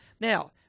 Now